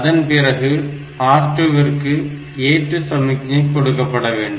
அதன்பிறகு R2 ற்கு ஏற்று சமிக்ஞை கொடுக்கப்பட வேண்டும்